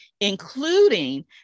including